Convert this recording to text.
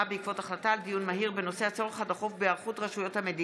בעקבות דיון מהיר בהצעתם של חברי הכנסת מיקי לוי ואוסאמה סעדי בנושא: